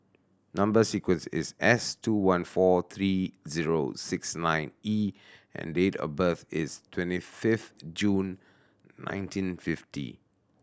number sequence is S two one four three zero six nine E and date of birth is twenty fifth June nineteen fifty